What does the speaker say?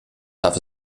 darf